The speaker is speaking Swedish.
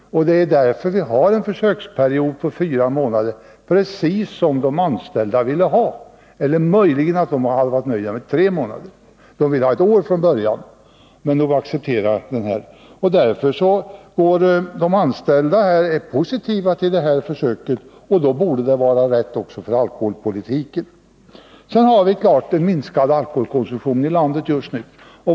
Det är därför vi har en försöksperiod på fyra månader. De anställda ville nöja sig med tre, medan det ursprungliga förslaget var ett år. De anställda är positiva till detta försök, och då borde det vara rimligt också för alkoholpolitikerna. Vi har en klart minskad alkoholkonsumtion just nu.